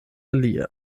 alia